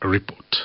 Report